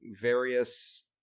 various